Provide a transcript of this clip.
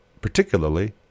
particularly